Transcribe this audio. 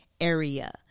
area